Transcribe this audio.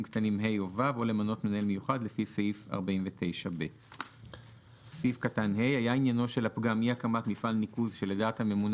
קטנים (ה) או (ו) או למנות מנהל מיוחד לפי סעיף 49ב. (ה)היה עניינו של הפגם אי־הקמת מפעל ניקוז שלדעת הממונה